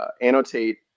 annotate